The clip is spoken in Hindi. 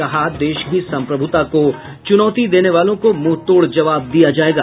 कहा देश की संप्रभुता को चुनौती देने वालों को मुंहतोड़ जवाब दिया जाएगा